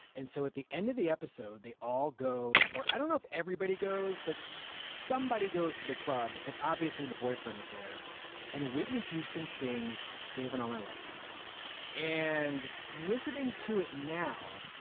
and so at the end of the episode, they all go or i don't know if everybody goes, but somebody goes to the club. it's obviously the boyfriend is there and whitney houston sings saving all my love for you and listening to it now.